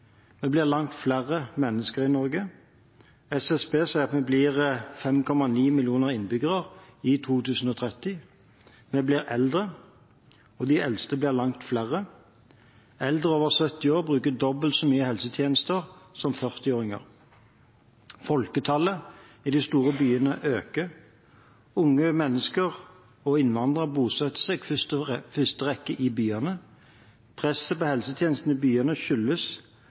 Det blir langt flere mennesker i Norge. SSB sier at vi blir 5,9 millioner innbyggere i 2030. Vi blir eldre, og de eldste blir langt flere. Eldre over 70 år bruker dobbelt så mye helsetjenester som 40-åringer. Folketallet i de store byene øker. Unge mennesker og innvandrere bosetter seg i første rekke i byene. Presset på helsetjenestene i byene skyldes